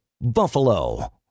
Buffalo